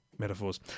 metaphors